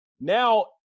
Now